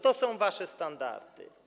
To są wasze standardy.